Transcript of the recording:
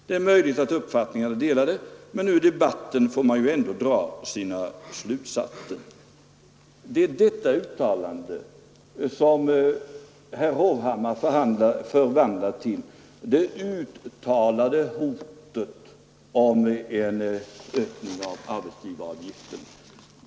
Det är möjligt att uppfattningarna är delade, men ur debatten får man ju ändå dra sina slutsatser.” Det är detta uttalande som herr Hovhammar förvandlar till det uttalade hotet om en ökning av arbetsgivaravgiften.